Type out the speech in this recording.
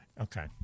Okay